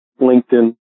LinkedIn